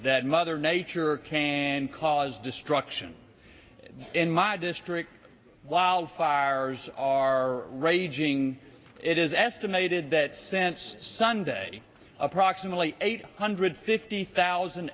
that mother nature can cause destruction in my district wildfires are raging it is estimated that since sunday approximately eight hundred fifty thousand